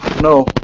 No